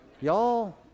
Y'all